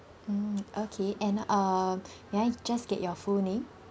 mm okay and uh may I just get your full name